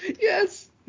Yes